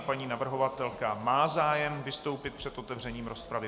Paní navrhovatelka má zájem vystoupit před otevřením rozpravy.